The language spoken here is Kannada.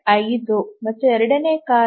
5 ಮತ್ತು ಎರಡನೆಯ ಕಾರ್ಯವು 0